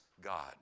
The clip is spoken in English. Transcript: God